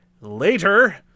later